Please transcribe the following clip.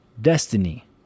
destiny